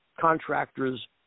contractors